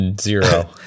Zero